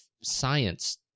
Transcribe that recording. science